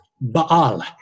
Baal